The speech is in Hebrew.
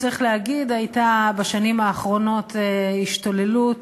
צריך להגיד שהייתה בשנים האחרונות השתוללות